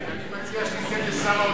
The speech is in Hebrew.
אני מציע שתפנה לשר האוצר,